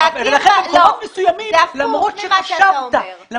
זה הפוך ממה שאתה אומר.